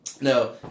no